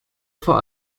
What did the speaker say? vor